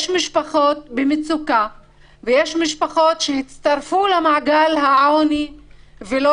יש משפחות במצוקה ויש משפחות שהצטרפו למעגל העוני ולא